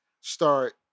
start